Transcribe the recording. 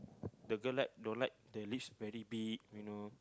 the girl like don't like the lips very big you know